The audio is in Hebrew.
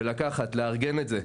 ולקחת לארגן את זה,